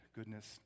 goodness